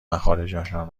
مخارجشان